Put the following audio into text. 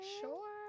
sure